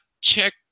check